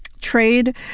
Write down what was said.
trade